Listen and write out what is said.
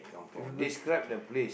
if you could